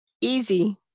easy